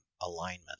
alignment